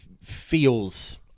feels